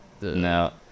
no